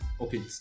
Okay